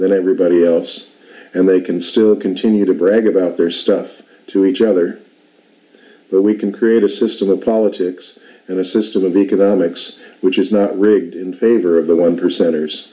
than everybody else and they can still continue to brag about their stuff to each other but we can create a system of politics and a system of economics which is not rigged in favor of the one percent